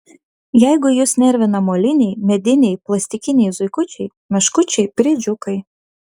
jeigu jus nervina moliniai mediniai plastikiniai zuikučiai meškučiai briedžiukai